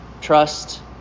Trust